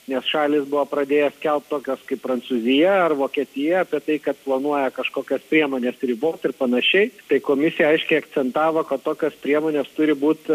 nes šalys buvo pradėję kelbt tokios kaip prancūzija ar vokietija apie tai kad planuoja kažkokias priemones riboti ir panašiai tai komisija aiškiai akcentavo kad tokios priemonės turi būt